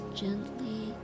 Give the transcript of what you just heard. gently